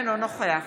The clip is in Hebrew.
אינו נוכח